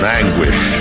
anguish